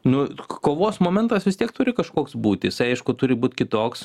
nu kovos momentas vis tiek turi kažkoks būti jisai aišku turi būt kitoks